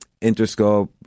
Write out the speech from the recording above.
Interscope